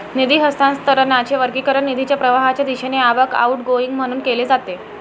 निधी हस्तांतरणाचे वर्गीकरण निधीच्या प्रवाहाच्या दिशेने आवक, आउटगोइंग म्हणून केले जाते